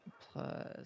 plus